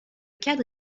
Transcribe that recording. cadre